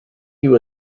you